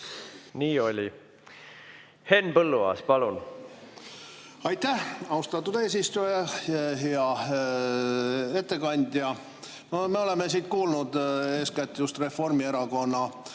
Nii oli. Henn Põlluaas, palun! Aitäh, austatud eesistuja! Hea ettekandja! Me oleme siin kuulnud, eeskätt Reformierakonna